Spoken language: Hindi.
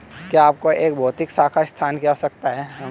क्या आपको एक भौतिक शाखा स्थान की आवश्यकता है?